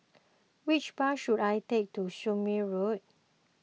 which bus should I take to Surin Road